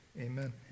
Amen